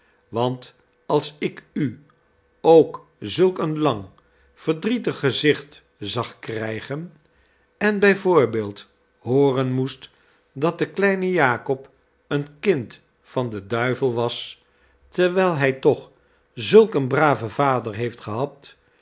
want als ik u ook zulk een lang verdrietig gezicht zag krijgen en bij voorbeeld hooren moest dat de kleine jakob een kind van den duivel was terwijl hij toch zulk een braven vader heeft gehad